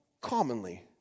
commonly